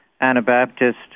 Anabaptist